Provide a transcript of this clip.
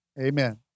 Amen